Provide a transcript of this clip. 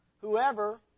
whoever